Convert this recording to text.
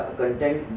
content